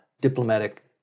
diplomatic